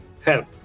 help